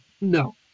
No